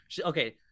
Okay